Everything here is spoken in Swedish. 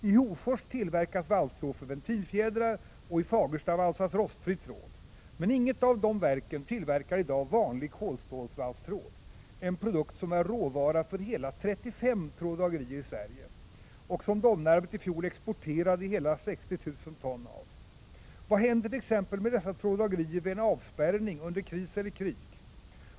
I Hofors tillverkas valstråd för ventilfjädrar, och i Fagersta valsas rostfri tråd. Men inget av dessa verk tillverkar i dag vanlig kolstålsvalstråd, en produkt som är råvara för hela 35 tråddragerier i Sverige och som Domnarvet i fjol exporterade hela 60 000 ton av. Vad händert.ex. med dessa tråddragerier vid en avspärrning under kris eller krig?